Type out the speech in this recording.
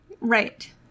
Right